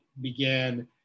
began